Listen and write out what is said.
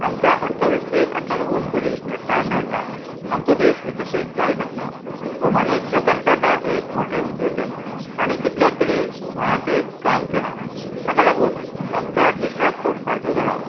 आमच्या अर्थवेवस्थेक हाका लागून बरी घटाय मेळटा आमचो देश विकसीत जायत आसा भौमानेस्त रतन टाटा हे एक मोठे उद्योजक ताणें कितल्यात तरी मळांचेर काम केलां ताका लागून आमच्या देशाक खूब फायदो जाला